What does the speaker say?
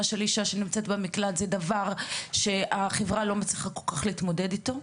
של אישה שנמצאת במקלט זה דבר שהחברה לא מצליחה כל כך להתמודד איתו.